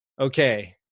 okay